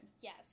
yes